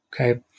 Okay